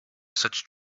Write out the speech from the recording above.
such